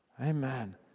Amen